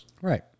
Right